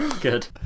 good